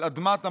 על אדמת המולדת,